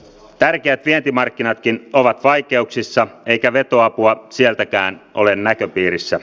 tärkeät vientimarkkinatkin ovat vaikeuksissa eikä vetoapua sieltäkään ole näköpiirissä